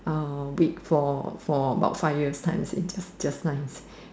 wait wait for about five years time just nice